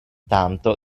tanto